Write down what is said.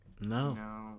No